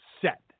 set